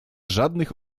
żadnych